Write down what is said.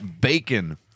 bacon